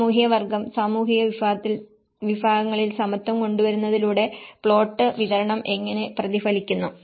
സാമൂഹിക വർഗം സാമൂഹിക വിഭാഗങ്ങളിൽ സമത്വം കൊണ്ടുവരുന്നതിലൂടെ പ്ലോട്ട് വിതരണം എങ്ങനെ പ്രതിഫലിക്കുന്നു